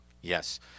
yes